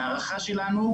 ההערכה שלנו,